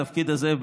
התפקיד הזה,